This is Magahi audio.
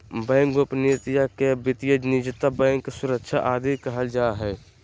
बैंक गोपनीयता के वित्तीय निजता, बैंक सुरक्षा आदि कहल जा हइ